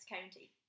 county